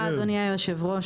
היושב-ראש.